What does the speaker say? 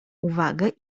uwagę